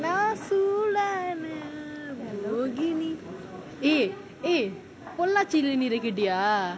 நான் சூடான மோகினி:naan soodaana mogini eh eh போச்சி கேட்டியா:pochi ketiyaa